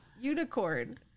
unicorn